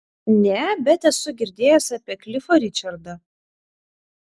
ne bet esu girdėjęs apie klifą ričardą